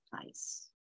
place